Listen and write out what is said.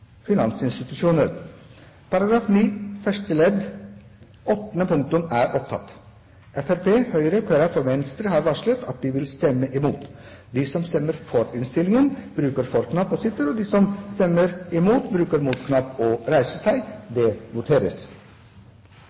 I § 9 første ledd åttende punktum. Fremskrittspartiet, Høyre, Kristelig Folkeparti og Venstre har varslet at de vil stemme imot. Det voteres